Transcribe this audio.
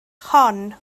hon